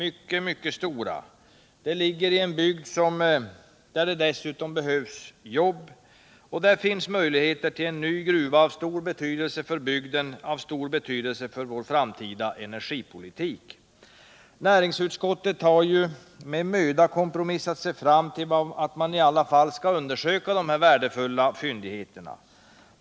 Dessa finns i en bygd där det behövs jobb och där det finns möjligheter till en ny gruva av stor betydelse för bygden och för vår framtida energipolitik. Näringsutskottet har med möda kompromissat sig fram till att man i varje fall skall undersöka dessa värdefulla fyndigheter.